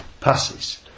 Passes